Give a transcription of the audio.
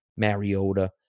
Mariota